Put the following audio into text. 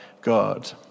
God